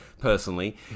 personally